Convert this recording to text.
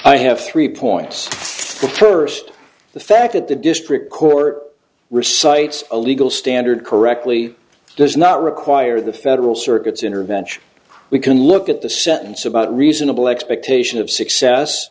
i have three points tourist the fact that the district court recites a legal standard correctly does not require the federal circuit's intervention we can look at the sentence about reasonable expectation of success